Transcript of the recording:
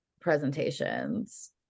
presentations